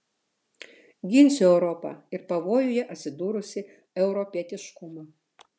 ginsiu europą ir pavojuje atsidūrusį europietiškumą